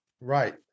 Right